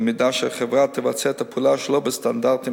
במידה שהחברה תבצע את הפעולה שלא בסטנדרטים